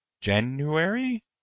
January